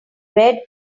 red